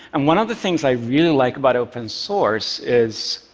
and one of the things i really like about open source is